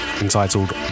Entitled